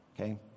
okay